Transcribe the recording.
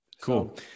Cool